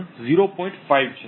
5 છે